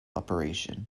operation